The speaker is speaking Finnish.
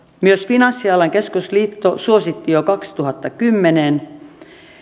myös finanssialan keskusliitto suositti jo kaksituhattakymmenen